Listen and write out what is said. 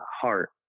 heart